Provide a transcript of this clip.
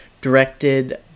directed